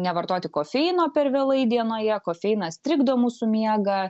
nevartoti kofeino per vėlai dienoje kofeinas trikdo mūsų miegą